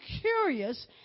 curious